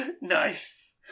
Nice